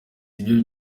byo